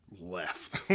Left